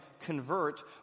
convert